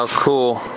ah cool.